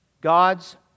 God's